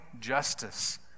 justice